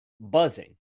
buzzing